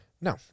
No